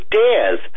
dares